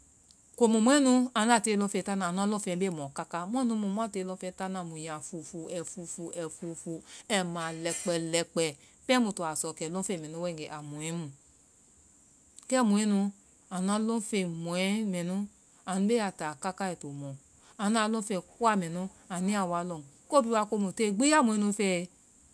Komu mɔɛ nu, anda tiyee, lɔnfen taana, a bee mɔ kaa, muanu lɔɔ mua tiyee lɔnfen taana, muyaa fufuu, ai fuufuu ai fuufuu ai ma lɛkpɛ lɛkpɛ pɛn mui toa sɔ kɛ lɔnfen mɛnu waegee, a mɔe mu, kɛ mɔɛ nu, anua lɔnfeŋɛ mɔe mɛnu, anu beeya taa kaka ai to mɔ, anua lɔŋfen kuwa mɛnu anuyaa wa lɔŋ. ko bihi waa komu tee gbi ya mɔɛ nu fɛɛe.